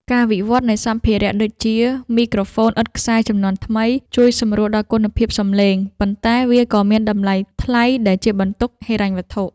ការវិវត្តនៃសម្ភារៈដូចជា មីក្រូហ្វូនឥតខ្សែជំនាន់ថ្មី ជួយសម្រួលដល់គុណភាពសម្លេង ប៉ុន្តែវាក៏មានតម្លៃថ្លៃដែលជាបន្ទុកហិរញ្ញវត្ថុ។